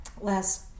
last